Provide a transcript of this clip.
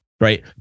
right